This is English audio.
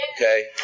Okay